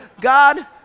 God